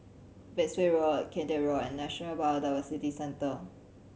Bayswater Road Kian Teck Road and National Biodiversity Centre